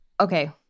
Okay